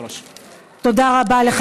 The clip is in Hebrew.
תודה רבה, כבוד היושבת-ראש.